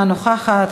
אינה נוכחת,